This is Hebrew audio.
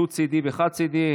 דו-צידי וחד-צידי),